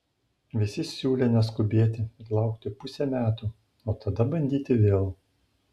visi siūlė neskubėti ir laukti pusė metų o tada bandyti vėl